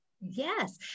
Yes